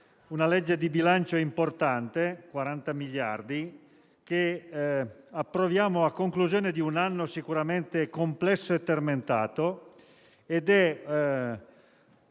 una legge di bilancio importante (40 miliardi), che approviamo a conclusione di un anno sicuramente complesso e tormentato.